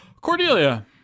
Cordelia